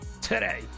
today